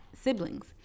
siblings